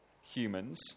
humans